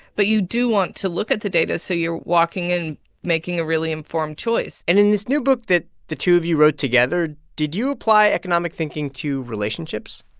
but you do want to look at the data so you're walking in making a really informed choice and in this new book that the two of you wrote together, did you apply economic thinking to relationships?